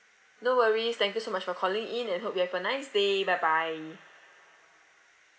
no worries thank you so much for calling in and hope you have a nice day bye bye